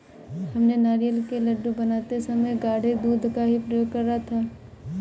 हमने नारियल के लड्डू बनाते समय गाढ़े दूध का ही प्रयोग करा था